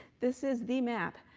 this is the map.